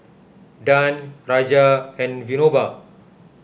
Dhyan Raja and Vinoba